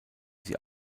sie